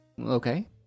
okay